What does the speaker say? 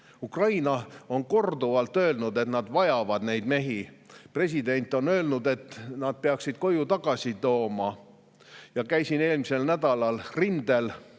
Ukraina on korduvalt öelnud, et nad vajavad neid mehi. President on öelnud, et nad peaksid koju tagasi tulema. Käisin eelmisel nädalal rindel